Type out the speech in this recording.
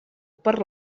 per